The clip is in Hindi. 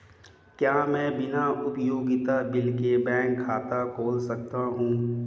क्या मैं बिना उपयोगिता बिल के बैंक खाता खोल सकता हूँ?